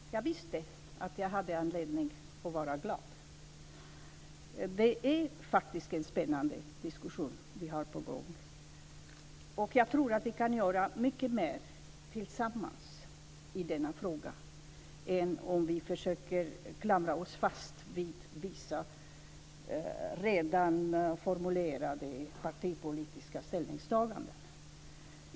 Fru talman! Jag visste att jag hade anledning att vara glad. Det är faktiskt en spännande diskussion som vi har på gång. Jag tror att vi kan göra mycket mer tillsammans i denna fråga än om vi försöker klamra oss fast vid vissa redan formulerade partipolitiska ställningstaganden.